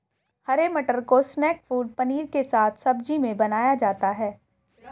हरे मटर को snack food paneer के साथ सब्जी में बनाया जाता है